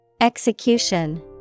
Execution